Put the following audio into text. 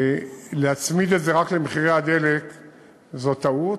להצמיד את זה רק למחירי הדלק זה טעות,